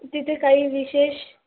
तिथे काही विशेष